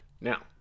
now